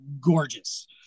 gorgeous